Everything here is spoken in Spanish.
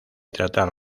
tratar